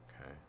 okay